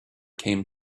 came